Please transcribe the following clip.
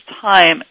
time